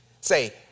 Say